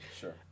Sure